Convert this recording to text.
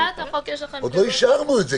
השלמת הבידוד של 14 יום יש להשלים בכל מקרה.